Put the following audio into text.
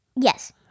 Yes